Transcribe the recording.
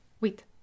Wait